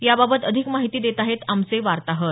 याबाबत अधिक माहिती देत आहेत आमचे वार्ताहर